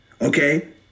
Okay